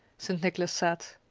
st. nicholas said,